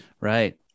Right